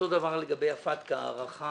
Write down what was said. אותו דבר לגבי הפטק"א הארכה